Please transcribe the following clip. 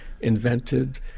invented